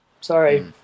Sorry